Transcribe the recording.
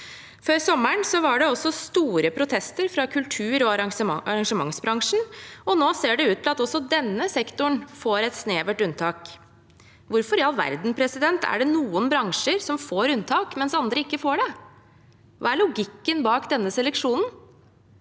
Før sommeren var det også store protester fra kultur- og arrangementsbransjen, og nå ser det ut til at også denne sektoren får et snevert unntak. Hvorfor i all verden er det noen bransjer som får unntak, mens andre ikke får det? Hva er logikken bak denne seleksjonen?